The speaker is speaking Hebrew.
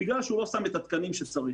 בגלל שהוא לא שם את התקנים שצריך.